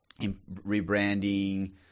rebranding